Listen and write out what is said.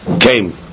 came